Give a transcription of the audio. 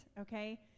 okay